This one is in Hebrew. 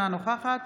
אינה נוכחת